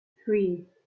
three